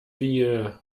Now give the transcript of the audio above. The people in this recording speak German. wir